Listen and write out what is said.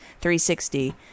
360